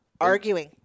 Arguing